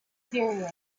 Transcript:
period